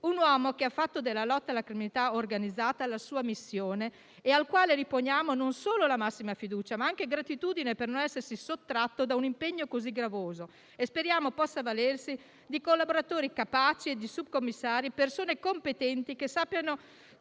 un uomo che ha fatto della lotta alla criminalità organizzata la sua missione e nel quale riponiamo non solo la massima fiducia, ma anche la gratitudine per non essersi sottratto ad un impegno così gravoso. Speriamo possa avvalersi di collaboratori capaci e di subcommissari competenti, che sappiano